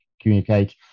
communicate